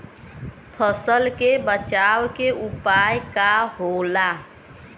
फसल के बचाव के उपाय का होला?